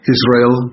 Israel